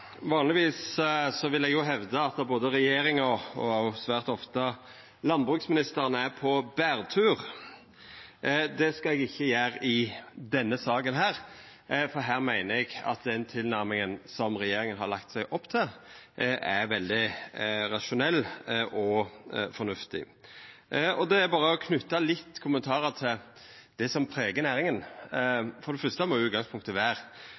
vil eg hevda at regjeringa, og òg svært ofte landbruksministeren, er på bærtur. Det skal eg ikkje gjera i denne saka, for her meiner eg at den tilnærminga regjeringa har lagt opp til, er veldig rasjonell og fornuftig. Eg vil berre knyta nokre kommentarar til det som pregar næringa. For det fyrste må utgangspunktet